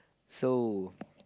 so